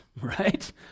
right